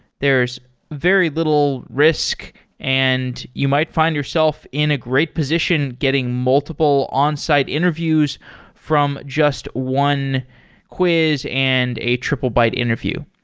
there's very little risk and you might find yourself in a great position getting multiple onsite interviews from just one quiz and a triplebyte interview.